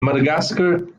madagascar